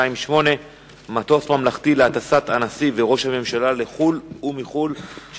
רצוני לשאול: 1. האם נפתחה חקירה במחלקה לחקירות שוטרים כנגד